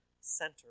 center